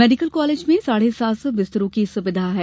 medical college में साढ़े सात सौ बिस्तरों की सुविधा है